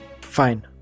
Fine